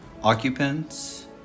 Occupants